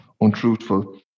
untruthful